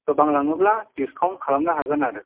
गोबां लाङोब्ला दिसखाउन्ट खालामनो हागोन आरो